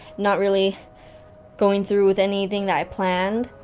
not really going through with anything i planned,